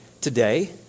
today